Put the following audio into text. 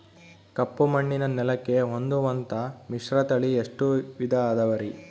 ಕಪ್ಪುಮಣ್ಣಿನ ನೆಲಕ್ಕೆ ಹೊಂದುವಂಥ ಮಿಶ್ರತಳಿ ಎಷ್ಟು ವಿಧ ಅದವರಿ?